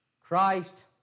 Christ